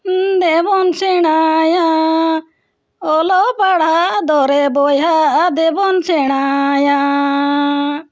ᱫᱮᱵᱚᱱ ᱥᱮᱬᱟᱭᱟ ᱚᱞᱚᱜ ᱯᱟᱲᱦᱟᱜ ᱫᱚᱨᱮ ᱵᱚᱭᱦᱟ ᱫᱮᱵᱚᱱ ᱥᱮᱬᱟᱭᱟᱻ